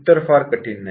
उत्तर फार कठीण नाही